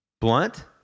blunt